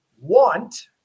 want